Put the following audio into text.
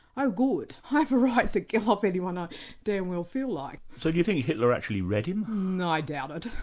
oh good, i've a right to go off anyone i damn well feel like'. so do you think hitler actually read him? you know i doubt it.